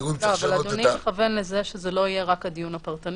תראו אם צריך לשנות --- אדוני מכוון שזה לא יהיה רק הדיון הפרטני,